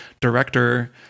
director